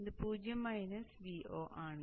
ഇത് 0 minus Vo ആണ്